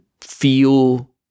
feel